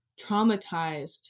traumatized